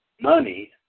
money